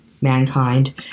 mankind